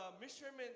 measurement